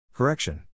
Correction